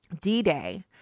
D-Day